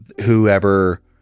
whoever